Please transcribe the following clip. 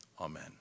Amen